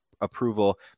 approval